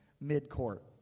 mid-court